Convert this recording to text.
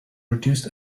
reduced